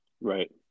right